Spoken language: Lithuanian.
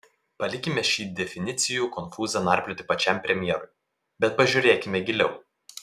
palikime šį definicijų konfūzą narplioti pačiam premjerui bet pažiūrėkime giliau